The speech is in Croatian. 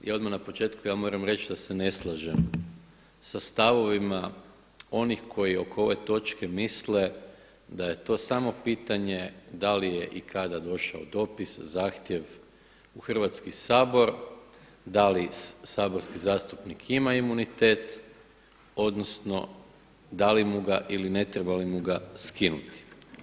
I odmah na početku ja moram reći da se ne slažem sa stavovima onih koji oko ove točke misle da je to samo pitanje da li je i kada došao dopis, zahtjev u Hrvatski sabor, da li saborski zastupnik ima imunitet odnosno da li mu ga ili ne treba li mu ga skinuti.